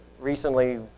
recently